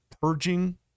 purging